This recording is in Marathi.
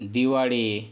दिवाळी